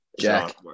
Jack